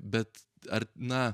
bet ar na